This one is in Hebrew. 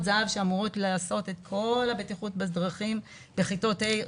זה"ב שאמורות לעשות את כל הבטיחות בדרכים לכיתות ה',